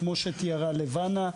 כמו שתיארה לבנה,